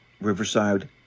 Riverside